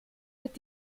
wird